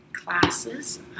Classes